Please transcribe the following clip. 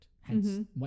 hence